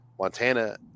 Montana